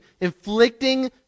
inflicting